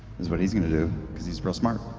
is what he's going to do, because he's real smart.